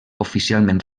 oficialment